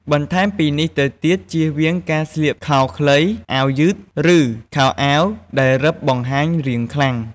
បន្ថែមពីនេះទៅទៀតជៀសវៀងការស្លៀកខោខ្លី អាវស្តើង ឬខោអាវដែលរឹបបង្ហាញរាងខ្លាំង។